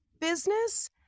business